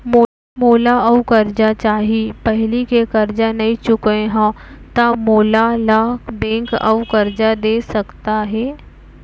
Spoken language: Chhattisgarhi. मोला अऊ करजा चाही पहिली के करजा नई चुकोय हव त मोल ला बैंक अऊ करजा दे सकता हे?